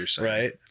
Right